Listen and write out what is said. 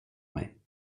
mig